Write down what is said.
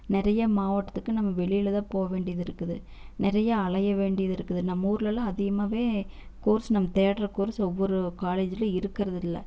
நிறையா மாவட்டத்துக்கு நம்ம வெளியில்தான் போக வேண்டியதிருக்குது நிறையா அலையவேண்டியதிருக்குது நம்மூருலலாம் அதிகமாகவே கோர்ஸ் நம்ம தேடுகிற கோர்ஸ் ஒவ்வொரு காலேஜ்லேயும் இருக்கிறதில்ல